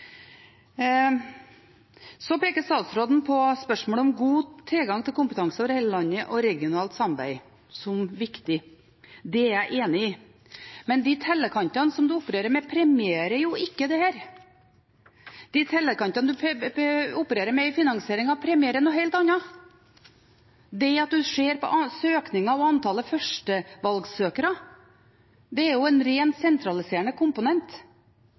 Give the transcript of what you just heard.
peker på spørsmålet om god tilgang til kompetanse over hele landet og regionalt samarbeid som viktig. Det er jeg enig i, men de tellekantene man opererer med, premierer jo ikke dette. Tellekantene man opererer med i finansieringen, premierer noe helt annet. Det at man ser på søkningen og antallet førstevalgssøkere, er en rent sentraliserende komponent.